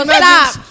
stop